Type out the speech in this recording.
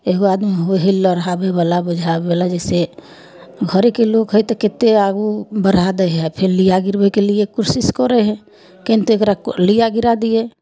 एगो आदमी होइ हइ लड़ाबैवला बुझाबैवला जइसे घरेके लोक हइ तऽ कतेक आगू बढ़ा दै हइ फेर लिआ गिरबैकेलिए कोशिश करै हअ केनाहिते एकरा लिआ गिरा दिए